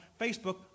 Facebook